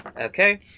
Okay